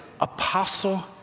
apostle